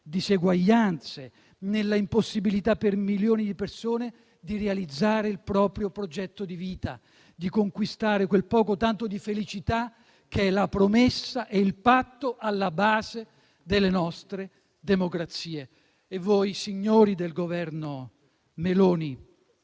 diseguaglianze, nella impossibilità per milioni di persone di realizzare il proprio progetto di vita, di conquistare quel poco o tanto di felicità che è la promessa e il patto alla base delle nostre democrazie. Voi, signori del Governo Meloni,